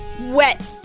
wet